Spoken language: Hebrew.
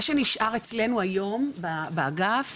מה שנשאר אצלנו היום באגף,